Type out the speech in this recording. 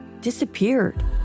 disappeared